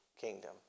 kingdom